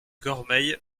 cormeilles